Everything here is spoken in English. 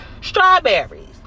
strawberries